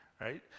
Right